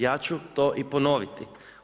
Ja ću to i ponoviti.